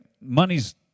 money's